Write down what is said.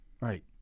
Right